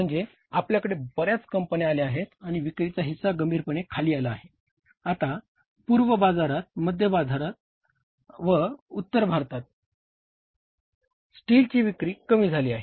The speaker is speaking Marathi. म्हणजे आपल्याकडे बर्याच कंपन्या आल्या आहेत आणि विक्रीचा हिस्सा गंभीरपणे खाली आला आहे आता पूर्व बाजारात मध्य भारतात व उत्तर भारतातसुद्धा स्टीलची विक्री कमी झाली आहे